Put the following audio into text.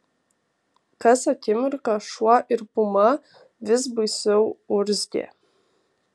kas akimirką šuo ir puma vis baisiau urzgė